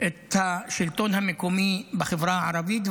את השלטון המקומי בחברה הערבית,